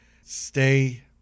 stay